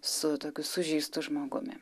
su tokiu sužeistu žmogumi